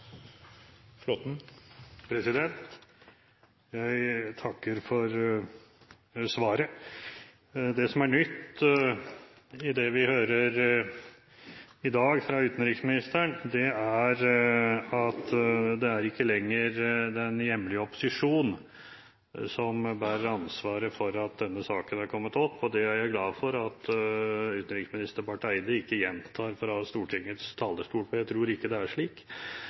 nytt i det vi i dag hører fra utenriksministeren, er at det ikke lenger er den hjemlige opposisjon som bærer ansvaret for at denne saken er kommet opp, og det er jeg glad for at utenriksminister Barth Eide ikke gjentar fra Stortingets talerstol, for jeg tror ikke det er slik;